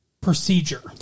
procedure